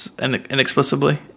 Inexplicably